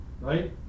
right